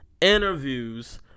interviews